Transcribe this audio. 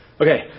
Okay